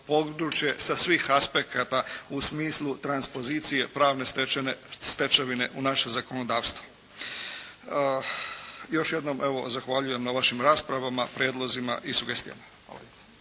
sa svih aspekata u smislu transpozicije pravne stečevine u naše zakonodavstvo. Još jednom, evo zahvaljujem na vašim raspravama, prijedlozima i sugestijama.